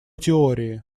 теории